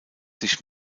sich